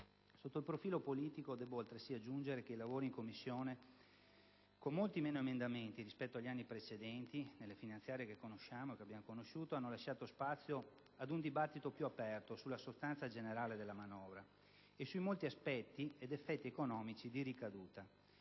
Sotto il profilo politico debbo altresì aggiungere che i lavori in Commissione, con molti meno emendamenti rispetto agli anni precedenti (nelle finanziarie che conosciamo e che abbiamo conosciuto), hanno lasciato spazio ad un dibattito più aperto sulla sostanza generale della manovra e sui molti aspetti ed effetti economici di ricaduta.